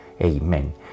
Amen